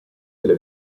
delle